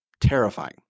terrifying